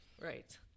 right